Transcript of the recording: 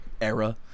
era